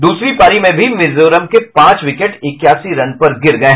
दूसरी पारी में भी मिजोरम के पांच विकेट इक्यासी रन पर गिर गये